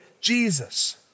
Jesus